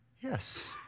Yes